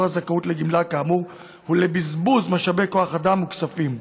הזכאות לגמלה כאמור ולבזבוז משאבי כוח אדם וכספים.